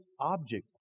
object